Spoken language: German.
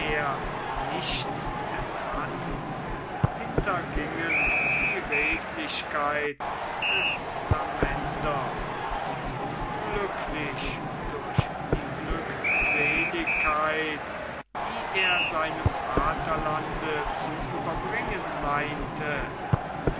nicht empfand hintergingen die redlichkeit des flamänders glücklich durch die glückseligkeit die er seinem vaterlande zu überbringen meinte